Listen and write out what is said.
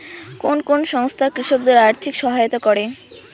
কোন কোন সংস্থা কৃষকদের আর্থিক সহায়তা করে?